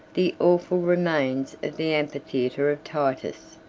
the awful remains of the amphitheatre of titus,